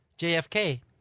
JFK